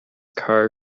car